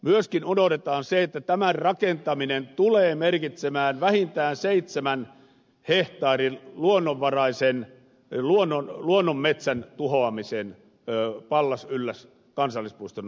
myöskin unohdetaan se että tämän rakentaminen tulee merkitsemään vähintään seitsemän hehtaarin luonnonvaraisen luonnonmetsän tuhoamista pallas ylläs kansallispuiston alueella